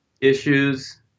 issues